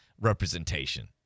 representation